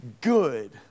good